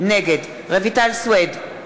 נגד רויטל סויד,